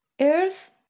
Earth